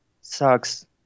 sucks